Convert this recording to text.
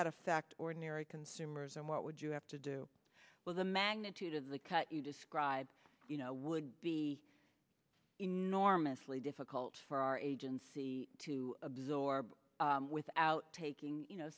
that affect ordinary consumers and what would you have to do with the magnitude of the cut you describe you know would be enormously difficult for our agency to absorb without taking